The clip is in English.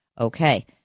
Okay